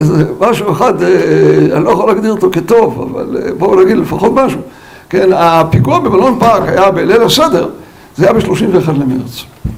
זה משהו אחד, אני לא יכול להגדיר אותו כטוב, אבל בואו נגיד לפחות משהו. כן, הפיגוע במלון פארק היה בליל הסדר, זה היה ב-31 למרץ.